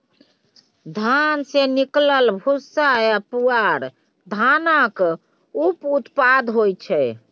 धान सँ निकलल भूस्सा आ पुआर धानक उप उत्पाद होइ छै